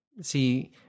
See